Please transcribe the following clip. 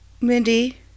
Mindy